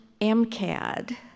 MCAD